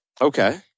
Okay